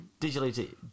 Digitally